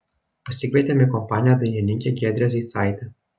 pasikvietėm į kompaniją dainininkę giedrę zeicaitę